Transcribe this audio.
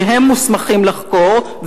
ששלהם גם הסמכות לחקור.